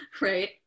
Right